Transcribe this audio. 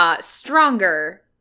stronger